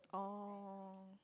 oh